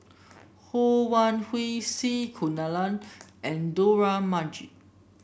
Ho Wan Hui C Kunalan and Dollah Majid